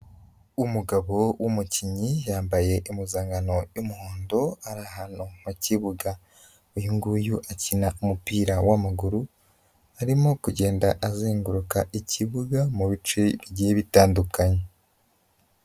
Umugabo w'umukinnyi yambaye impuzankano y'umuhondo ari ahantu mu kibuga. Uyu nguyu akina umupira w'amaguru, arimo kugenda azenguruka ikibuga mu bice bigiye bitandukanye.